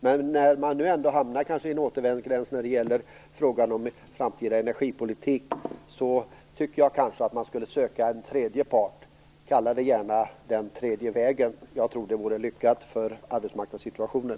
Men när man hamnar i en återvändsgränd när det gäller frågan om framtida energipolitik tycker jag att man borde söka sig en tredje part. Kalla det gärna den tredje vägen. Jag tror att det vore lyckat för arbetsmarknadssituationen.